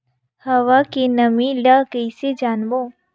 हवा के नमी ल कइसे जानबो?